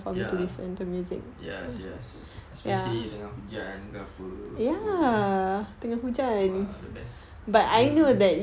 ya yes yes especially tengah hujan ke apa so !wah! best mm